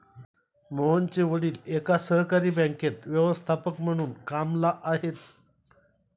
मोहनचे वडील एका सहकारी बँकेत व्यवस्थापक म्हणून कामला आहेत